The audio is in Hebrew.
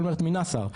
אולמרט מינה שר.